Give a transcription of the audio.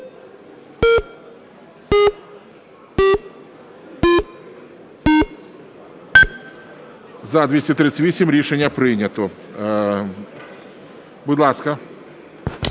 За-238 Рішення прийнято. Будь ласка.